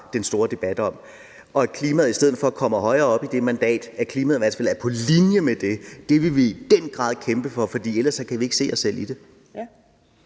den store debat om – og at klimaet i stedet for kommer højere op i det mandat, sådan at klimaet i hvert fald er på linje med det. Det vil vi i den grad kæmpe for, for ellers kan vi ikke se os selv i det.